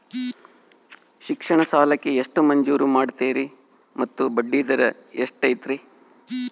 ಶಿಕ್ಷಣ ಸಾಲಕ್ಕೆ ಎಷ್ಟು ಮಂಜೂರು ಮಾಡ್ತೇರಿ ಮತ್ತು ಬಡ್ಡಿದರ ಎಷ್ಟಿರ್ತೈತೆ?